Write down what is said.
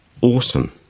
awesome